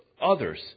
others